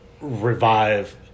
revive